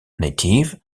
native